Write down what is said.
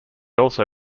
also